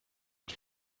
und